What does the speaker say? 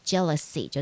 Jealousy